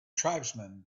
tribesmen